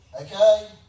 Okay